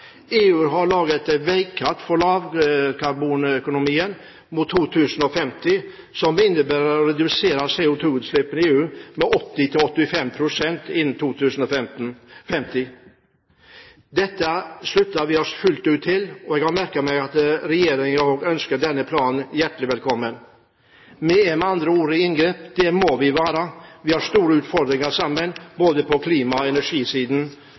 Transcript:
EU har laget et veikart for lavkarbonøkonomi mot 2050, som innebærer bl.a. å redusere CO2-utslippene i EU med 80–95 pst. innen 2050. Dette slutter vi oss fullt ut til. Jeg har merket meg at regjeringen også ønsker denne planen hjertelig velkommen. Vi er med andre ord i inngrep, og det må vi være. Vi har store utfordringer sammen både på klimasiden og på energisiden,